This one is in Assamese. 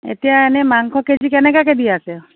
এতিয়া এনেই মাংসৰ কেজি কেনেকৈ দি আছে